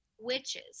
Witches